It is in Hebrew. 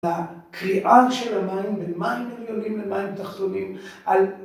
לקריאה של המים, ממים עליונים למים תחתונים,